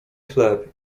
chleb